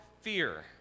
fear